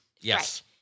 Yes